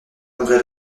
congrès